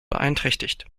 beeinträchtigt